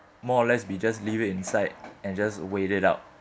more or less be just leave it inside and just wait it out